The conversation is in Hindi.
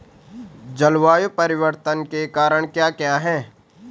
जलवायु परिवर्तन के कारण क्या क्या हैं?